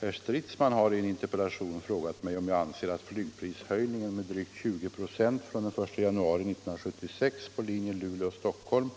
Herr Stridsman har i en interpellation frågat mig om jag anser att flygprishöjningen med drygt 20 96 från den 1 januari 1976 på linjen Luleå-Stockholm